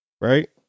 right